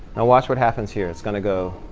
now watch what happens here. it's going to go